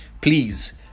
please